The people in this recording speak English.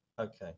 okay